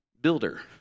builder